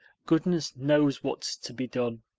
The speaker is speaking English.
goodness knows what's to be done.